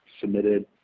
submitted